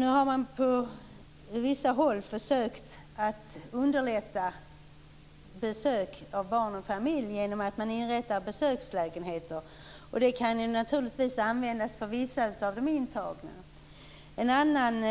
Nu har man på vissa håll försökt att underlätta besök av barn och familj genom att man inrättar besökslägenheter. De kan naturligtvis användas för vissa av de intagna. En annan